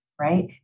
Right